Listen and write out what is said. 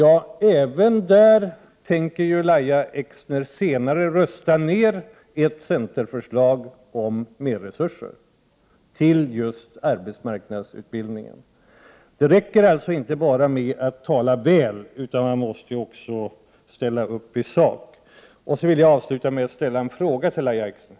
Ja, men även där tänker Lahja Exner senare rösta ned ett centerförslag om mer resurser. Det räcker alltså inte att tala väl, utan man måste också ställa upp i sak. Jag vill avsluta med att ställa en fråga till Lahja Exner.